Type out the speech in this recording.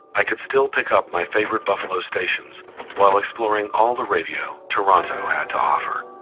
i could still pick up my favorite buffalo stations while exploring all the radio toronto had to offer.